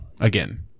again